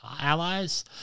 allies